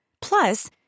Plus